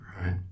right